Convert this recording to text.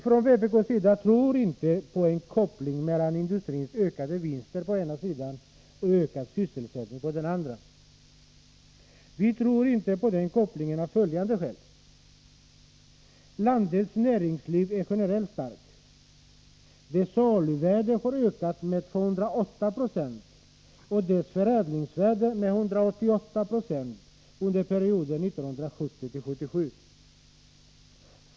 Från vpk:s sida tror vi inte på en koppling mellan industrins ökade vinster på den ena sidan och ökad sysselsättning på den andra. Vi tror inte på den kopplingen av följande skäl: Landets näringsliv är generellt sett starkt. Dess saluvärde har ökat med 208 20 och dess förädlingsvärde med 188 26 under perioden 1970-1977.